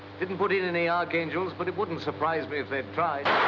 didn't put in any archangels, but it wouldn't surprise me if they'd tried.